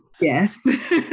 Yes